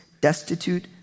destitute